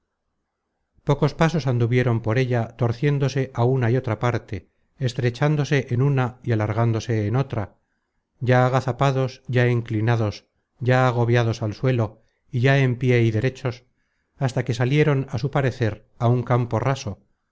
pocos pasos anduvieron por ella torciéndose á una y otra parte estrechándose en una y alargándose en otra ya agazapados ya inclinados ya agobiados al suelo y ya en pié y derechos hasta que salieron á su parecer á un campo raso